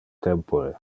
tempore